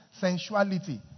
Sensuality